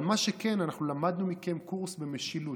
אבל מה שכן, אנחנו למדנו מכם קורס במשילות.